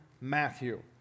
Matthew